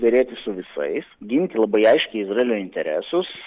derėtis su visais ginti labai aiškiai izraelio interesus